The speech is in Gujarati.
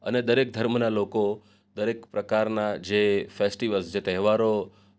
અને દરેક ધર્મના લોકો દરેક પ્રકારના જે ફેસ્ટિવલ્સ જે તહેવારો